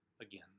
again